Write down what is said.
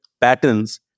patterns